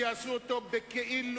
שיעשו אותו בכאילו,